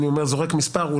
אני זורק מספר,